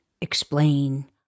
explain